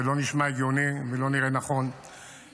זה לא נשמע הגיוני, ולא נראה נכון לקיים.